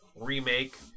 remake